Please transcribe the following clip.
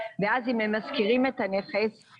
ואז אם הם משכירים את הנכס אני צריכה לדעת.